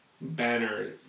banner